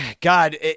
God